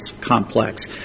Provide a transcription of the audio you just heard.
complex